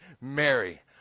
Mary